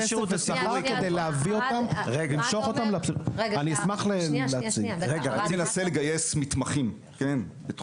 אני מנסה לגייס מתמחים --- צריך